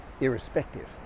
irrespective